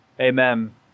Amen